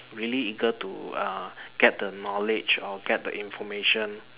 really eager to uh get the knowledge or get the information